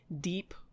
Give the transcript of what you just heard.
deep